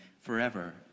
forever